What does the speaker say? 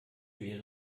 wäre